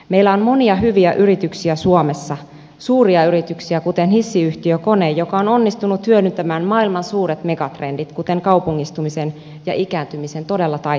meillä on monia hyviä yrityksiä suomessa suuria yrityksiä kuten hissiyhtiö kone joka on onnistunut hyödyntämään maailman suuret megatrendit kuten kaupungistumisen ja ikääntymisen todella taitavasti